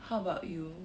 how about you